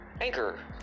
Anchor